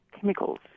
chemicals